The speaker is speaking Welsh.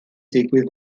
digwydd